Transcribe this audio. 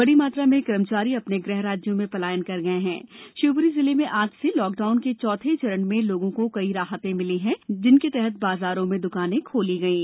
बड़ी मात्रा में कर्मचारी अपने गृह राज्यों में पलायन कर गए है शिवपुरी जिले में आज से लॉक डाउन के चौथे चरण में लोगों कई राहतें मिली हैं और जिनके तहत बाजारों में दुकाने खोली गईं